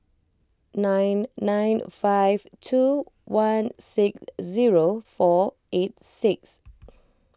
nine nine five two one six zero four eight six